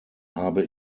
habe